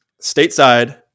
stateside